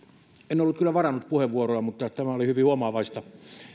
en ollut kyllä varannut puheenvuoroa mutta tämä oli hyvin huomaavaista